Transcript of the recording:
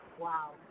Wow